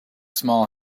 small